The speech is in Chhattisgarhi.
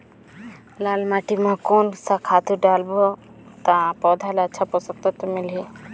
लाल माटी मां कोन सा खातु डालब ता पौध ला अच्छा पोषक तत्व मिलही?